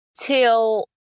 till